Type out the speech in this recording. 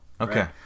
Okay